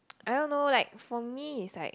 I don't know like for me it's like